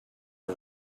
are